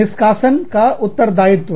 निष्कासन का उत्तरदायित्व